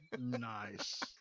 Nice